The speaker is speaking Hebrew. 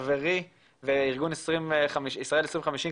חברי בארגון 'ישראל 2050',